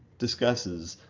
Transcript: discusses